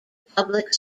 public